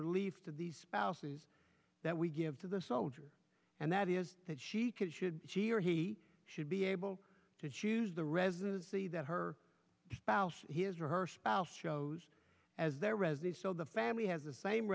relief to the spouses that we give to the soldier and that is that she could should she or he should be able to choose the residency that her spouse his or her spouse shows as their as they so the family has the same